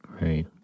Right